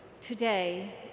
Today